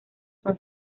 son